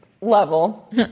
level